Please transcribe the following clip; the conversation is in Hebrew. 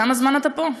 כמה זמן אתה פה?